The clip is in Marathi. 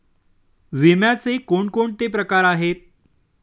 विम्याचे कोणकोणते प्रकार आहेत?